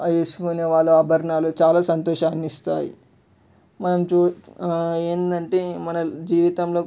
అవి వేసుకునే వాళ్ళ ఆభరణాలు చాలా సంతోషాన్ని ఇస్తాయి మనం ఏంటంటే మన జీవితంలో